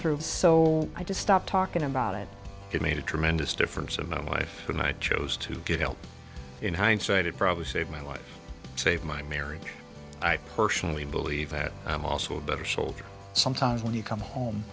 through so i just stopped talking about it it made a tremendous difference of my life when i chose to get help in hindsight it probably saved my life save my marriage i personally believe that i'm also a better soldier sometimes when you come home